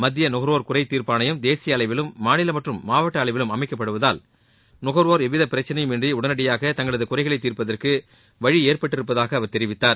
மத்திய நுகர்வோர் குறை தீர்ப்பாணையம் தேசிய அளவிலும் மாநில மற்றும் மாவட்ட அளவிலும் அமைக்கப்படுவதால் நுகர்வோர் எவ்விதப் பிரக்சினையும் இன்றி உடனடியாக தங்களது குறைகளைத் தீர்ப்பதற்கு வழி ஏற்பட்டிருப்பதாக அவர் தெரிவித்தார்